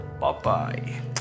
Bye-bye